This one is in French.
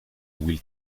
will